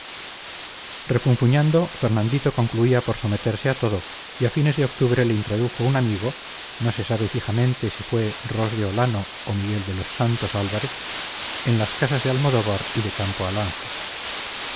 refunfuñando fernandito concluía por someterse a todo y a fines de octubre le introdujo un amigo no se sabe fijamente si fue ros de olano o miguel de los santos álvarez en las casas de almodóvar y de campo alange